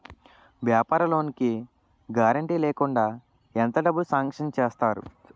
వ్యాపార లోన్ కి గారంటే లేకుండా ఎంత డబ్బులు సాంక్షన్ చేస్తారు?